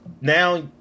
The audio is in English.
now